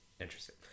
Interesting